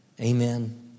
Amen